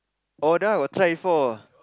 but that one I got try before